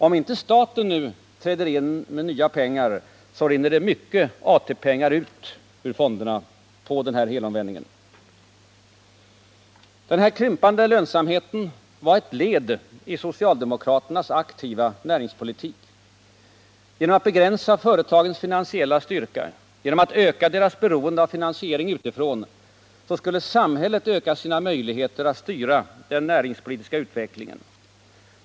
Om inte staten nu träder in med nya pengar, rinner det ut mycket ATP-pengar ur fonderna på grund av den helomvändningen. Den krympande lönsamheten var ett led i socialdemokraternas aktiva näringspolitik. Genom att begränsa företagens finansiella styrka, genom att öka deras beroende av finansiering utifrån skulle samhället öka sina möjligheter att styra den näringspolitiska utvecklingen.